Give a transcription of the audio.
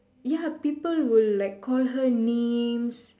ya people will like call her names